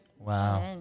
Wow